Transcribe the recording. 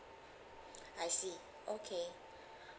I see okay